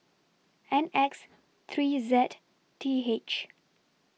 N X three Z T H